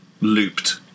looped